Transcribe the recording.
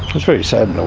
it's very sad